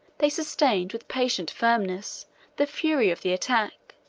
they sustained with patient firmness the fury of the attack,